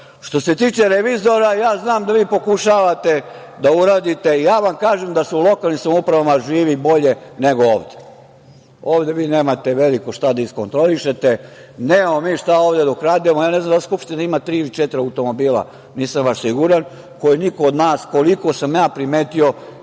se tiče revizora, ja znam da vi pokušavate da uradite, ja vam kažem da se u lokalnim samoupravama živi bolje nego ovde. Ovde vi nemate veliko šta da iskontrolišete, nemamo mi šta ovde da ukradimo, ne znam da li Skupština ima tri ili četiri automobila, nisam baš siguran, koje niko od nas, koliko sam ja primetio,